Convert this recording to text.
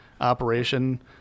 operation